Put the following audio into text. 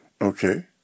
Okay